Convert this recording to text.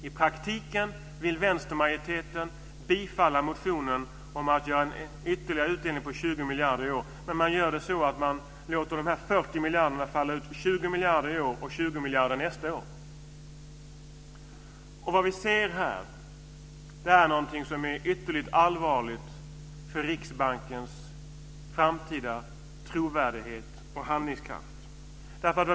I praktiken vill vänstermajoriteten bifalla en motion om att göra en ytterligare utdelning om 20 miljarder i år, men det ska ske så att de 40 miljarderna faller ut med 20 miljarder i år och 20 miljarder nästa år. Vi ser här något som är ytterligt allvarligt för Riksbankens framtida trovärdighet och handlingskraft.